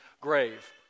grave